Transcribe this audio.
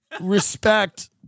Respect